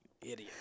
Idiot